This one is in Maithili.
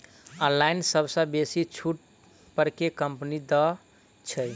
ऑनलाइन सबसँ बेसी छुट पर केँ कंपनी दइ छै?